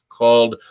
called